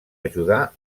ajudar